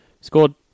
Scored